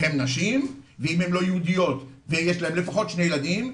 הן נשים ואם הם לא יהודיות ויש להן לפחות שני ילדים,